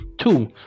Two